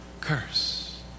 curse